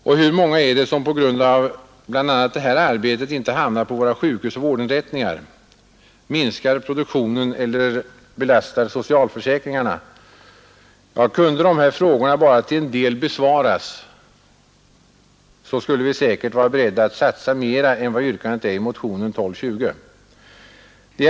Och hur många är det som på grund av bl.a. det här arbetet inte hamnar på våra sjukhus och vårdinrättningar, minskar produktionen eller belastar socialförsäkringarna? Kunde de frågorna bara till en del besvaras, skulle vi säkert vara beredda att satsa mera än vad som yrkas i motionen 1220.